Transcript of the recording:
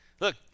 Look